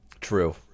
True